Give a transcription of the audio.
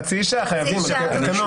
חצי שעה חייבים על פי התקנון.